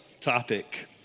topic